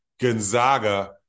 Gonzaga